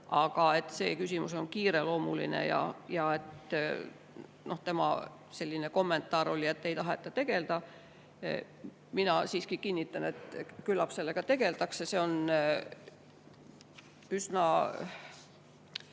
aga see küsimus on kiireloomuline. Tema kommentaar oli, et sellega ei taheta tegelda. Mina siiski kinnitan, et küllap sellega tegeldakse. See on üsna